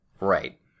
Right